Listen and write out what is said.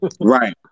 Right